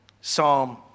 Psalm